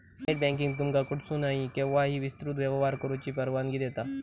net banking तुमका कुठसूनही, केव्हाही विस्तृत व्यवहार करुची परवानगी देता